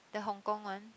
the Hong-Kong one